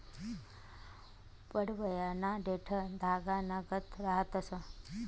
पडवयना देठं धागानागत रहातंस